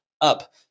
up